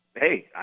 Hey